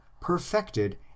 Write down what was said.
perfected